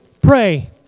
pray